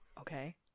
Okay